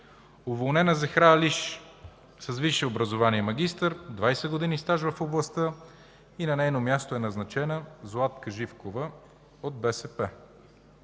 Уволнена: Захра Алиш. Висше образование, магистър, 20 години стаж в областта. На нейно място е назначена Златка Живкова от БСП.